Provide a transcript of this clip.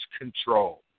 control